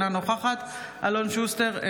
אינה נוכחת אלון שוסטר,